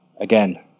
again